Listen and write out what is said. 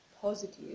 positive